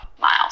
miles